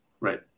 Right